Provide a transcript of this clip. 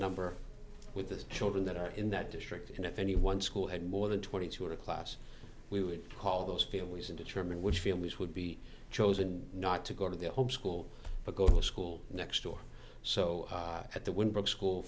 number with the children that are in that district and if any one school had more than twenty two in a class we would call those families and determine which families would be chosen not to go to their home school but go to a school next door so at that wouldn't work school